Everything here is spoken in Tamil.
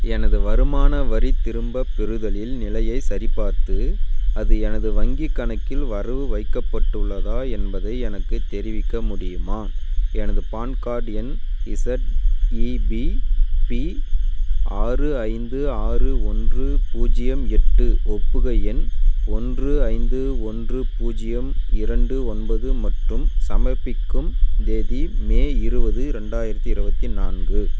எனது வருமான வரித் திரும்பப்பெறுதலின் நிலையைச் சரிபார்த்து அது எனது வங்கிக் கணக்கில் வரவு வைக்கப்பட்டுள்ளதா என்பதை எனக்குத் தெரிவிக்க முடியுமா எனது பான் கார்டு எண் இஸட்இபிபி ஆறு ஐந்து ஆறு ஒன்று பூஜ்ஜியம் எட்டு ஒப்புகை எண் ஒன்று ஐந்து ஒன்று பூஜ்ஜியம் இரண்டு ஒன்பது மற்றும் சமர்ப்பிக்கும் தேதி மே இருவது ரெண்டாயிரத்தி இருபத்தி நான்கு